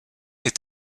est